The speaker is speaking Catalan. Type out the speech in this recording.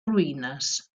ruïnes